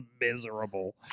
miserable